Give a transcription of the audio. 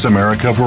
America